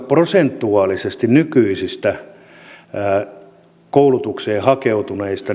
prosentuaalisesti nykyisistä koulutukseen hakeutuneista